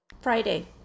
friday